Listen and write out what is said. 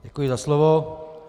Děkuji za slovo.